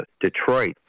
detroit